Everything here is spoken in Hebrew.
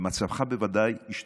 ומצבך בוודאי, ישתפר.